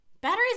Batteries